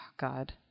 god